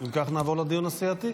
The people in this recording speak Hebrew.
אם כך, נעבור לדיון הסיעתי.